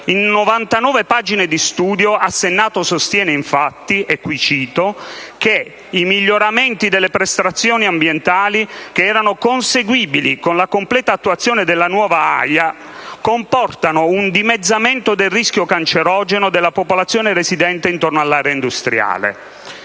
In 99 pagine di studio, Assennato sostiene infatti - e qui cito - che «i miglioramenti delle prestazioni ambientali, che erano conseguibili con la completa attuazione della nuova AIA (...), comportano un dimezzamento del rischio cancerogeno della popolazione residente intorno all'area industriale».